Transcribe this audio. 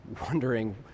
wondering